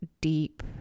deep